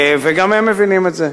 וגם הם מבינים את זה.